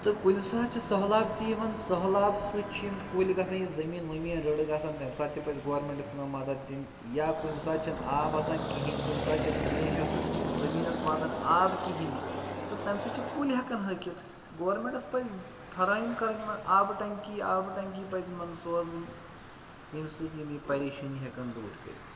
تہٕ کُنہِ ساتہٕ چھُ سٔہلاب تہِ یِوان سٔہلاب سۭتۍ چھِ یِم کُلۍ گژھان یہِ زٔمیٖن ؤمیٖن رٕڑٕ گژھان تَمہِ ساتہٕ تہِ پَزِ گورمِنٹَس یِمَن مَدد دِنۍ یا کُنہِ ساتہٕ چھُنہٕ آب آسان کِہیٖنۍ کُنہِ ساتہٕ چھِ ترٛیش آسان زٔمیٖنَس واتان آب کِہیٖنۍ تہٕ تَمہِ سۭتۍ چھِ کُلۍ ہیٚکان ہوٚکھِتھ گورمِنٹَس پَزِ فراہم کَرٕنۍ یِمَن آبہٕ ٹیٚنٛکی آبہٕ ٹیٚنٛکی پَزِ یِمَن سوزٕنۍ ییٚمہِ سۭتۍ یِم یہِ پریشٲنی ہیٚکیٚن دوٗر کٔرِتھ